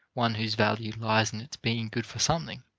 one whose value lies in its being good for something,